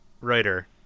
writer